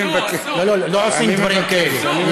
עושים דברים כאלה.